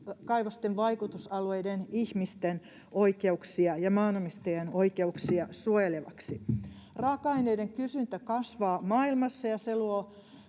kaivosten vaikutusalueiden ihmisten oikeuksia ja maanomistajien oikeuksia suojelevaksi. Raaka-aineiden kysyntä kasvaa maailmassa, ja se luo